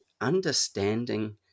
understanding